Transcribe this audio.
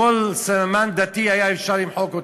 כל סממן דתי, אפשר היה למחוק אותו.